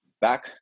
back